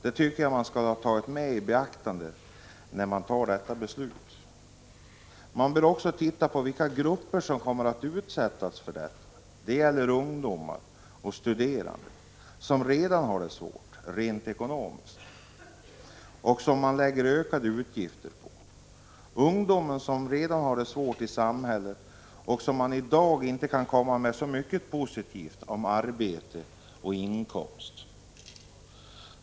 Jag tycker att man skulle ta detta i beaktande när man fattar beslutet. Man bör också se till vilka grupper som kommer att utsättas för detta. Det gäller ungdomar och studerande, som redan har det svårt rent ekonomiskt och som man lägger nya utgifter på. Ungdomen har det redan svårt i samhället, där man i dag inte kan säga så mycket positivt om arbete och inkomster.